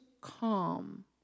calm